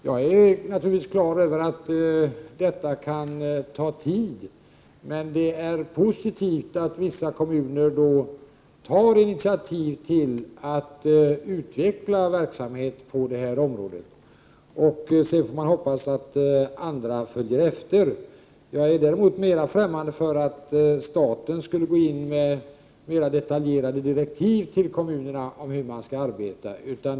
Jag är naturligtvis på det klara med att detta kan ta tid. Men det är positivt att vissa kommuner tar initiativ till att utveckla verksamheten på det här området. Sedan får man hoppas att andra följer efter. Jag är däremot mer främmande för att staten skall gå in med mer detaljerade direktiv till kommunerna om hur de skall arbeta.